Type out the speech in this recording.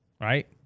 right